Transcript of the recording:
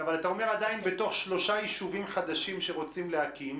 אבל אתה אומר עדיין שבתוך שלושה יישובים חדשים שרוצים להקים